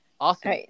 Awesome